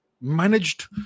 managed